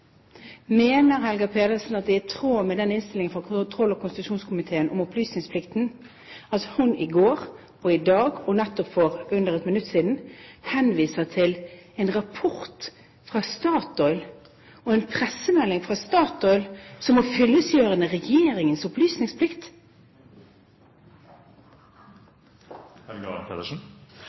Mener Helga Pedersen at det er i tråd med innstillingen fra kontroll- og konstitusjonskomiteen om opplysningsplikten at hun i går og i dag, og nettopp for under et minutt siden, henviser til en rapport fra Statoil og en pressemelding fra Statoil som fyllestgjørende for regjeringens